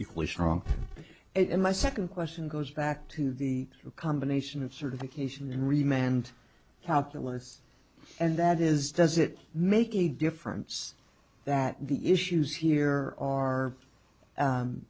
equally strong and my second question goes back to the combination of certification remained calculus and that is does it make a difference that the issues here are